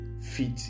fit